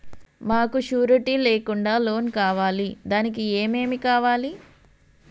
మాకు షూరిటీ లేకుండా లోన్ కావాలి దానికి ఏమేమి కావాలి?